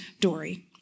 Dory